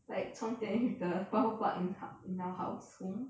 like 充电 with the power plug in hou~ in our house home